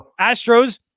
Astros